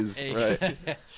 right